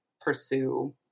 pursue